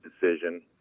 decision